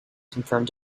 confirmed